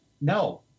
no